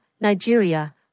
Nigeria